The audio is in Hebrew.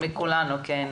תודה.